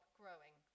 growing